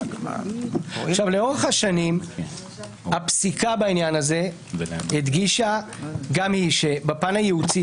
לאורך השנים הפסיקה בעניין הזה הדגישה גם היא שבפן הייעוצי